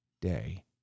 day